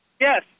Yes